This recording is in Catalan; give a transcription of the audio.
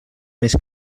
més